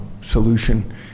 solution